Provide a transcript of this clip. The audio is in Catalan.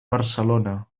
barcelona